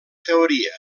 teoria